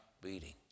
beating